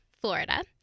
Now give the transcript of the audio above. Florida